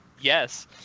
Yes